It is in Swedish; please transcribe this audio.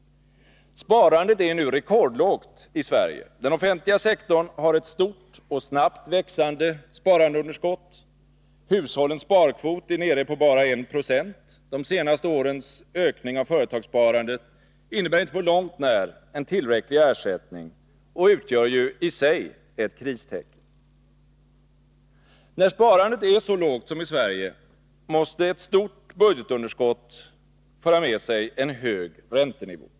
Sparandet är nu rekordlågt i Sverige. Den offentliga sektorn har ett stort och snabbt växande sparandeunderskott. Hushållens sparkvot är nere på bara 1 20. De senaste årens ökning av företagssparandet innebär inte på långt när en tillräcklig ersättning och utgör ju i sig ett kristecken. När sparandet är så lågt som i Sverige, måste ett stort budgetunderskott föra med sig en hög räntenivå.